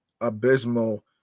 abysmal